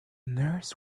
nurse